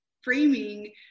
framing